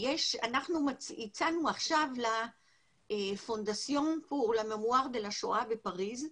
אנחנו הצענו עכשיו לממוריאל דה לה שואה בפריז,